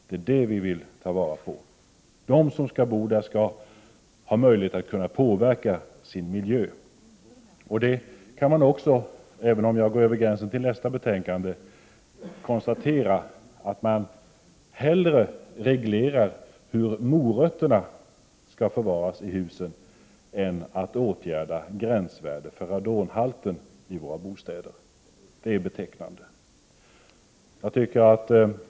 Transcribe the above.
De boende skall ha möjligheter att påverka sin miljö. Det kan också konstateras att man hellre reglerar hur morötterna skall förvaras i husen än åtgärdar gränsvärdet för radonhalten i våra bostäder. Detta är betecknande.